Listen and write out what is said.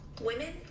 Women